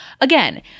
again